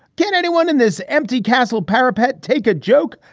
can anyone in this empty castle parapet take a joke?